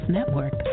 Network